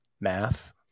Math